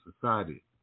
society